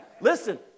Listen